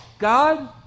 God